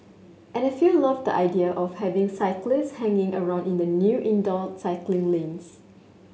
and a few loved idea of having cyclists hanging around in the new indoor cycling lanes